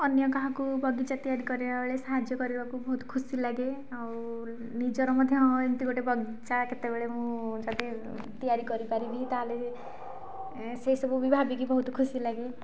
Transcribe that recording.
ଅନ୍ୟ କାହାକୁ ବଗିଚା ତିଆରି କରିବାବେଳେ ସାହାଯ୍ୟ କରିବାକୁ ବହୁତ ଖୁସି ଲାଗେ ଆଉ ନିଜର ମଧ୍ୟ ଏମିତି ଗୋଟେ ବଗିଚା କେତେବେଳେ ମୁଁ ଯଦି ତିଆରି କରିପାରିବି ତାହେଲେ ସେସବୁ ବି ଭାବିକି ବହୁତ ଖୁସି ଲାଗେ